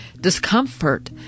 discomfort